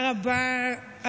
השרה גולן, בבקשה.